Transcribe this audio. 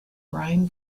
brian